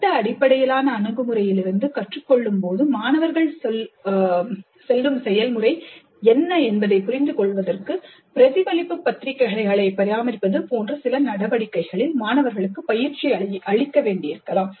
திட்ட அடிப்படையிலான அணுகுமுறையிலிருந்து கற்றுக் கொள்ளும்போது மாணவர்கள் செல்லும் செயல்முறை என்ன என்பதைப் புரிந்துகொள்வதற்கு பிரதிபலிப்பு பத்திரிகைகளைப் பராமரிப்பது போன்ற சில நடவடிக்கைகளில் மாணவர்களுக்கு பயிற்சி அளிக்க வேண்டியிருக்கலாம்